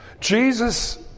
Jesus